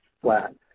flat